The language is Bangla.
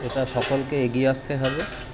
এটা সকলকে এগিয়ে আসতে হবে